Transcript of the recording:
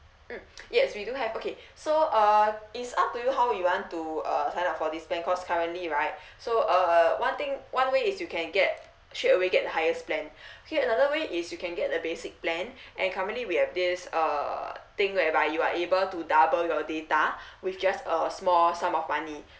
mm yes we do have okay so uh it's up to you how you want to uh sign up for this plan cause currently right so uh one thing one way is you can get straightaway get the highest plan okay another way is you can get the basic plan and currently we have this uh thing whereby you are able to double your data with just a small sum of money